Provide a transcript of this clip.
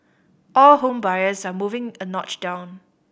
all home buyers are moving a notch down